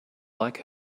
like